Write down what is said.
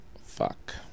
Fuck